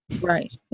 Right